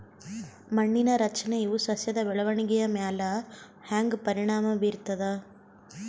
ಮಣ್ಣಿನ ರಚನೆಯು ಸಸ್ಯದ ಬೆಳವಣಿಗೆಯ ಮ್ಯಾಲ ಹ್ಯಾಂಗ ಪರಿಣಾಮ ಬೀರ್ತದ?